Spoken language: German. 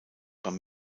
beim